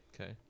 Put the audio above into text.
Okay